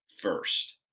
first